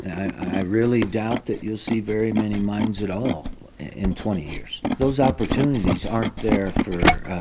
i really doubt that you'll see very many mines at all in twenty years. those opportunities aren't there for